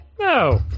No